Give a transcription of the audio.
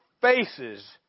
faces